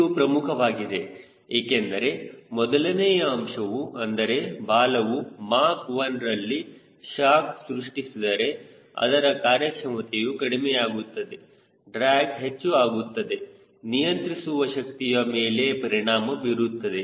ಇದು ಪ್ರಮುಖವಾಗಿದೆ ಏಕೆಂದರೆ ಮೊದಲನೆಯ ಅಂಶವು ಅಂದರೆ ಬಾಲವು ಮಾಕ್ 1 ರಲ್ಲಿ ಶಾಕ್ ಸೃಷ್ಟಿಸಿದರೆ ಅದರ ಕಾರ್ಯಕ್ಷಮತೆಯು ಕಡಿಮೆಯಾಗುತ್ತದೆ ಡ್ರ್ಯಾಗ್ ಹೆಚ್ಚು ಆಗುತ್ತದೆ ನಿಯಂತ್ರಿಸುವ ಶಕ್ತಿಯ ಮೇಲೆ ಪರಿಣಾಮ ಬೀರುತ್ತದೆ